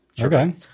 okay